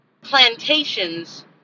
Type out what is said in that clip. plantations